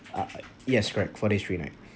ah yes correct four days three night